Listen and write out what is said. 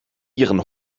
ihren